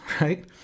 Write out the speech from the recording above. right